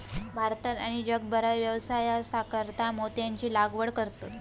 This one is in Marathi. भारतात आणि जगभरात व्यवसायासाकारता मोत्यांची लागवड करतत